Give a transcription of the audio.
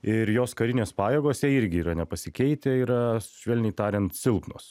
ir jos karinės pajėgos jie irgi yra nepasikeitę yra švelniai tariant silpnos